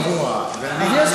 כי אכרם גבוה ואני נמוך.